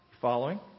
Following